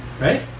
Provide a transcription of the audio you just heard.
right